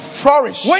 flourish